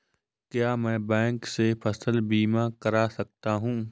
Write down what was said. क्या मैं बैंक से फसल बीमा करा सकता हूँ?